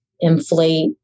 inflate